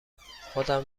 خودم